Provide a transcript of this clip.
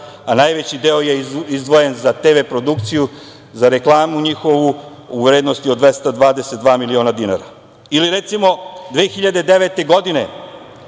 a najveći deo je izdvojen za TV produkciju, za njihovu reklamu u vrednosti od 222 miliona dinara. Recimo, 2009. godine